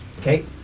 Okay